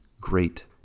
Great